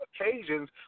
occasions